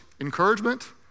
encouragement